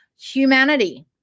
humanity